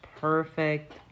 perfect